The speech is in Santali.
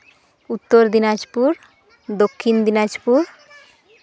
ᱩᱛᱛᱚᱨ ᱫᱤᱱᱟᱡᱽᱯᱩᱨ ᱫᱚᱠᱠᱷᱤᱱ ᱫᱤᱱᱟᱡᱽᱯᱩᱨ